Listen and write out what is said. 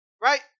Right